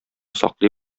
саклый